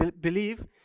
believe